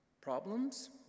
Problems